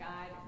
God